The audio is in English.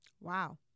Wow